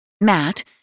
Matt